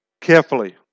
carefully